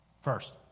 First